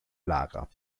lager